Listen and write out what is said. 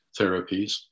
therapies